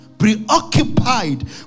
preoccupied